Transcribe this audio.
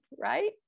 right